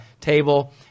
table